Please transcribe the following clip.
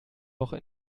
woche